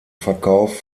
verkauf